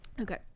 Okay